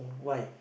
why